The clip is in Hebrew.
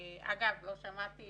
אגב, לא שמעתי